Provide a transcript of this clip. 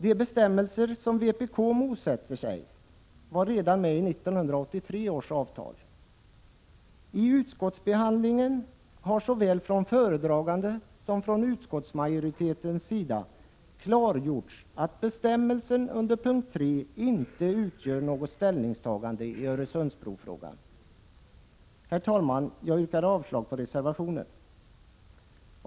Den bestämmelse som vpk motsätter sig var redan med i 1983 års avtal. I utskottsbehandlingen har såväl från föredraganden som från utskottsmajoritetens sida klargjorts att bestämmelsen under punkt III inte utgör något ställningstagande i Öresundsbrofrågan. Herr talman! Jag yrkar avslag på reservationen.